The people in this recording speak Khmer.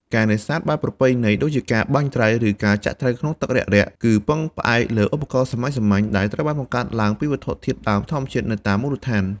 ការនេសាទបែបប្រពៃណីដូចជាការបាញ់ត្រី ឬការចាក់ត្រីក្នុងទឹករាក់ៗ គឺពឹងផ្អែកលើឧបករណ៍សាមញ្ញៗដែលត្រូវបានបង្កើតឡើងពីវត្ថុធាតុដើមធម្មជាតិនៅតាមមូលដ្ឋាន។